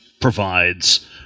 provides